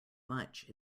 much